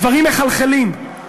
הדברים מחלחלים.